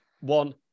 one